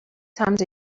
times